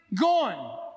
gone